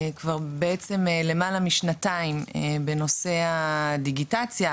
כבר בעצם למעלה משנתיים בנושא הדיגיטציה,